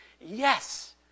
Yes